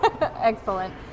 Excellent